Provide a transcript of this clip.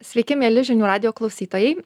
sveiki mieli žinių radijo klausytojai